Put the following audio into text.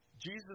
Jesus